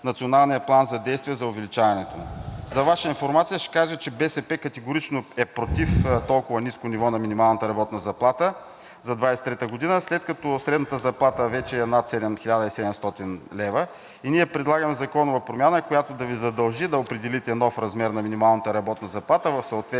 Националния план за действие за увеличаването му? За Ваша информация ще кажа, че БСП категорично е против толкова ниско ниво на минималната работна заплата за 2023 г., след като средната работна заплата е вече над 1700 лв. Ние предлагаме законова промяна, която да Ви задължи да определите нов размер на минималната работна заплата в съответствие